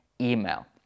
email